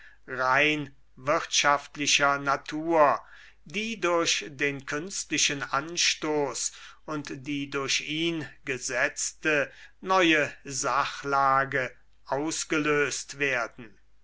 rein wirtschaftlicher natur die durch den künstlichen anstoß und die durch ihn gesetzte neue sachlage ausgelöst werden